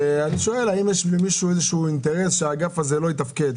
האם יש למישהו אינטרס שהאגף הזה לא יתפקד?